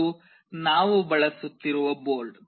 ಇದು ನಾವು ಬಳಸುತ್ತಿರುವ ಬೋರ್ಡ್